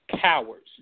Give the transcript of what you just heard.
cowards